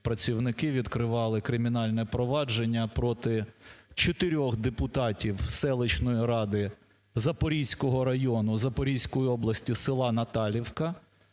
працівники відкривали кримінальне провадження проти чотирьох депутатів селищної ради Запорізького району Запорізької області села Наталівка